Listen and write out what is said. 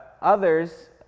others